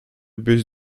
być